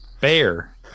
bear